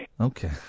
Okay